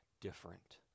different